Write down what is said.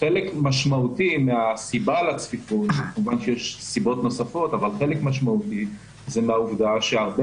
חלק משמעותי מהסיבה לצפיפות זה מהעובדה שהרבה